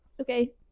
Okay